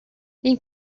این